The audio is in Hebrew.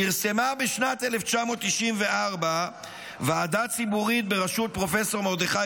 פרסמה בשנת 1994 ועדה ציבורית בראשות פרופ' מרדכי